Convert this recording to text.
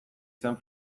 zen